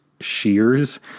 shears